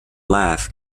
laugh